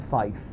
faith